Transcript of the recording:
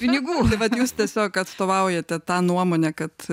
pinigų tai vat jūs tiesiog atstovaujate tą nuomonę kad